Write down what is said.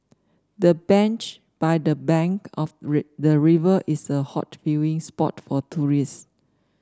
the bench by the bank of the river is a hot viewing spot for tourists